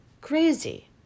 Crazy